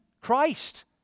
Christ